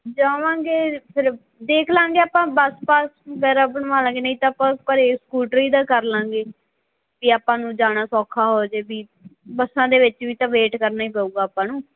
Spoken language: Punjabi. ਜਾਵਾਂਗੇ ਫਿਰ ਦੇਖ ਲਾਂਗੇ ਆਪਾਂ ਬਸ ਪਾਸ ਵਗੈਰਾ ਬਣਵਾ ਲਾਂਗੇ ਨਹੀਂ ਤਾਂ ਆਪਾਂ ਘਰ ਸਕੂਟਰੀ ਦਾ ਕਰ ਲਾਂਗੇ ਅਤੇ ਆਪਾਂ ਨੂੰ ਜਾਣਾ ਸੌਖਾ ਹੋ ਜਾਵੇ ਵੀ ਬੱਸਾਂ ਦੇ ਵਿੱਚ ਵੀ ਤਾਂ ਵੇਟ ਕਰਨਾ ਹੀ ਪਊਗਾ ਆਪਾਂ ਨੂੰ